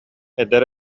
эдэр